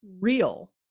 real